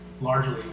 largely